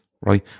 right